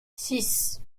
six